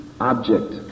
object